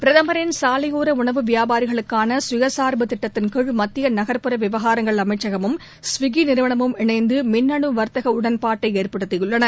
பிரதமரின் சாலையோர உணவு வியாபாரிகளுக்கான சுய சார்பு திட்டத்தின் கீழ் மத்திய நகர்ப்புற விவகாரங்கள் அமைச்சகமும் ஸ்விக்கி நிறுவனமும் இணைந்து மிண்ணணு வர்த்தக உடன்பாட்டை ஏற்படுத்தியுள்ளன